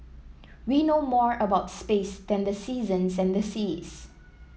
we know more about space than the seasons and the seas